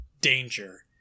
danger